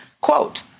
Quote